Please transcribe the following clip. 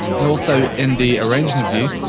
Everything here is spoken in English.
and also, in the arrangement view,